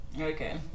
Okay